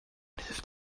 hilft